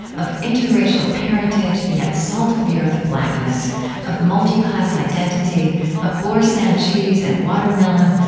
of interracial parentage yet salt of the earth blackness of multi-class identity of boursin cheese and watermelon,